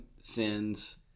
sins